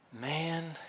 man